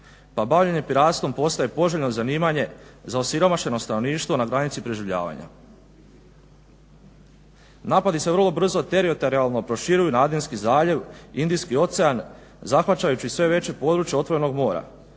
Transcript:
pa bavljenje piratstvom postaje poželjno zanimanje za osiromašeno stanovništvo na granici preživljavanja. Napadi se vrlo brzo teritorijalno proširuju na Adenski zaljev, Indijski ocean, zahvaćajući sve veće područje otvorenog mora.